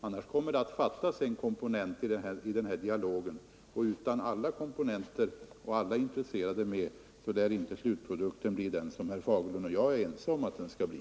Annars kommer det att fattas en komponent i den här debatten, och utan alla komponenter och utan att alla intresserade är med lär slutprodukten inte bli den som herr Fagerlund och jag är ense om att den skall bli.